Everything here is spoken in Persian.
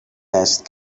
است